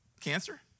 cancer